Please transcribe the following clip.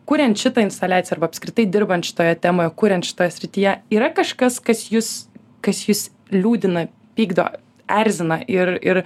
kuriant šitą instaliaciją arba apskritai dirbant šitoje temoje kuriant šitoje srityje yra kažkas kas jus kas jus liūdina pykdo erzina ir ir